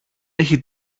έχει